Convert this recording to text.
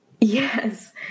Yes